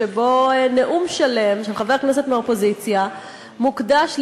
שנאום שלם של חבר כנסת מהאופוזיציה מוקדש לי,